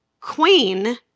queen